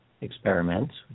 experiments